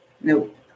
Nope